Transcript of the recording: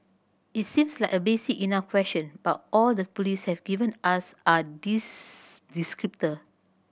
it seems like a basic enough question but all the police have given us are these descriptors